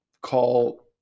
call